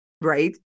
Right